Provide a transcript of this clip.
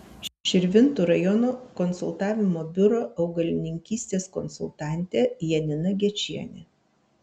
širvintų rajono konsultavimo biuro augalininkystės konsultantė janina gečienė